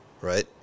right